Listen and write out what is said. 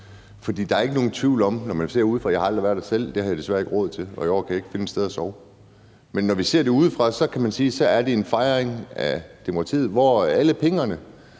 Der er ikke nogen tvivl om, når man ser det udefra – jeg har aldrig været der selv; det havde jeg desværre ikke råd til, og i år kan jeg ikke finde et sted at sove – er det en fejring af demokratiet, hvor alle pingerne